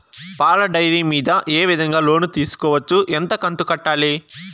పాల డైరీ మీద ఏ విధంగా లోను తీసుకోవచ్చు? ఎంత కంతు కట్టాలి?